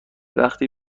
وقتی